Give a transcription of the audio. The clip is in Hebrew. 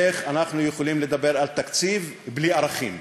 איך אנחנו יכולים לדבר על תקציב בלי ערכים?